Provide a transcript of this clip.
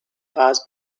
pas